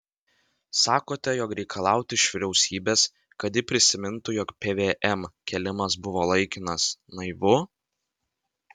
sakote jog reikalauti iš vyriausybės kad ji prisimintų jog pvm kėlimas buvo laikinas naivu